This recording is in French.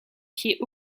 pied